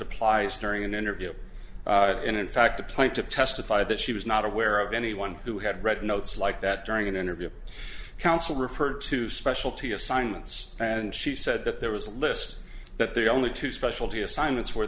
applies during an interview and in fact the plaintiff testified that she was not aware of anyone who had read notes like that during an interview counsel referred to specialty assignments and she said that there was a list but there are only two specialty assignments where